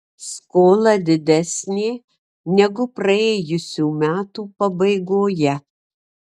skola didesnė negu praėjusių metų pabaigoje